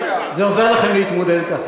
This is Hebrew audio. זה עוזר לכם להתמודד ככה.